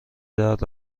درد